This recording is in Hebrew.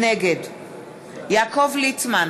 נגד יעקב ליצמן,